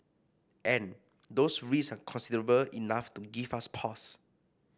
and those risks are considerable enough to give us pause